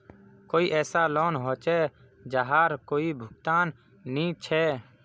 कोई ऐसा लोन होचे जहार कोई भुगतान नी छे?